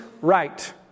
right